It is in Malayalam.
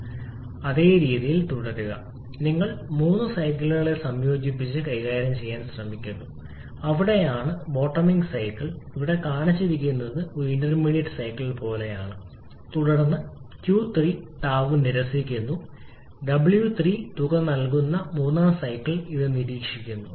ഉണ്ടെങ്കിൽ അതേ രീതിയിൽ തുടരുക നിങ്ങൾ മൂന്ന് സൈക്കിളുകളെ സംയോജിച്ച് കൈകാര്യം ചെയ്യാൻ ശ്രമിക്കുന്നു അവിടെയാണ് ബോട്ടലിംഗ് സൈക്കിൾ ഇവിടെ കാണിച്ചിരിക്കുന്നത് ഒരു ഇന്റർമീഡിയറ്റ് സൈക്കിൾ പോലെയാണ് തുടർന്ന് Q3 താപം നിരസിക്കുന്നു W3 തുക നൽകുന്ന മൂന്നാം സൈക്കിൾ ഇത് നിരീക്ഷിക്കുന്നു